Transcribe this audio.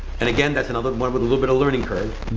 and again, that's another one with a little bit of learning curve.